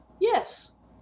yes